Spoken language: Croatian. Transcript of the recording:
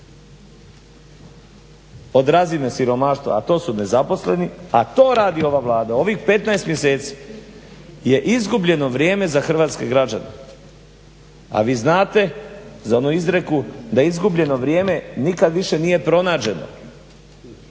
od razine siromaštva, a to su nezaposleni, a to radi ova Vlada. Ovih 15 mjeseci je izgubljeno vrijeme za hrvatske građane, a vi znate za onu izreku: "Da izgubljeno vrijeme nikad više nije pronađeno.".